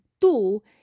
tu